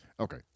Okay